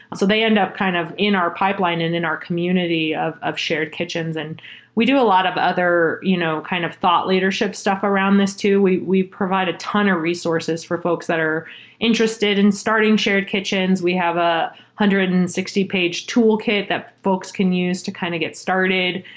so they end up kind of in our pipeline and in our community of of shared kitchens, and we do a lot of other you know kind of thought leadership stuff around this too. we we provide a ton of resources for folks that are interested in starting shared kitchens. we have a one hundred and sixty page toolkit that folks can use to kind of get started.